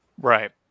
Right